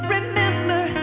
Remember